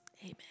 Amen